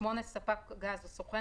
ספק גז או סוכן,